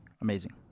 Amazing